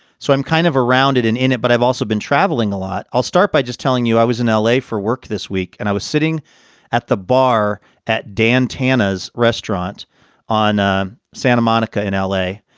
so i'm kind of around it and in it. but i've also been traveling a lot. i'll start by just telling you, i was in l a. for work this week and i was sitting at the bar at dan tana's restaurant on ah santa monica in l a.